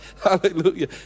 Hallelujah